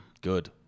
good